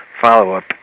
follow-up